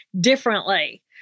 differently